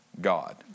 God